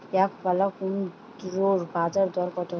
একপাল্লা কুমড়োর বাজার দর কত?